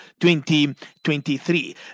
2023